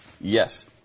Yes